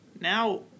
now